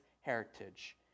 heritage